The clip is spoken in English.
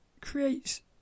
Creates